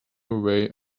away